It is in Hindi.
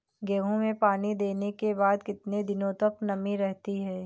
गेहूँ में पानी देने के बाद कितने दिनो तक नमी रहती है?